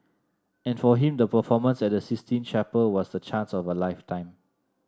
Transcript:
and for him the performance at the Sistine Chapel was the chance of a lifetime